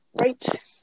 Right